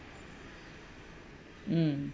mm